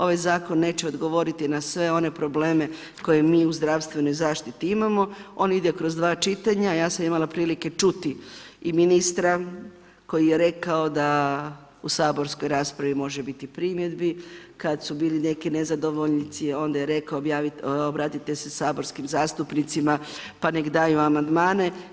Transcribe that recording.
Ovaj zakon neće odgovoriti na sve one probleme koje mi u zdravstvenoj zaštiti imamo ono ide kroz dva čitanja, ja sam imala prilike čuti i ministra koji je rekao da u saborskoj raspravi može biti primjedbi kada su bili neki nezadovoljnici onda je rekao obratite se saborskim zastupnicima pa neka daju amandmane.